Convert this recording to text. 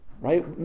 Right